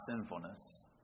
sinfulness